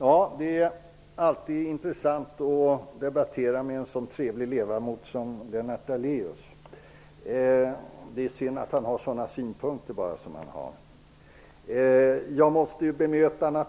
Herr talman! Det är alltid intressant att debattera med en sådan trevlig ledamot som Lennart Daléus, synd bara att han har sådana synpunkter som han har. Jag måste bemöta hans